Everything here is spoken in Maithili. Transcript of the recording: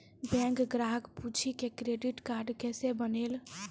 बैंक ग्राहक पुछी की क्रेडिट कार्ड केसे बनेल?